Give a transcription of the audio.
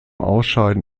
ausscheiden